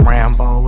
Rambo